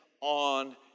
on